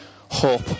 hope